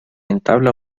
entabla